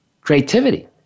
creativity